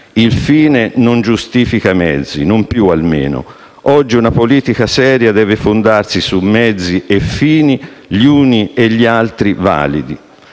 Il fine non giustifica i mezzi, non più almeno. Oggi una politica seria deve fondarsi su mezzi e fini, gli uni e gli altri validi.